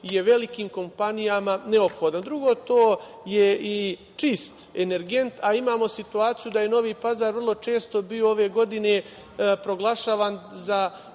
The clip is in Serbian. je velikim kompanijama neophodna. Drugo, to je i čist energent, a imamo situaciju da je Novi Pazar vrlo često bio ove godine proglašavan za